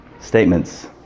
statements